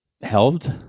Helped